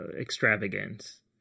extravagance